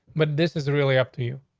but this is really up to you.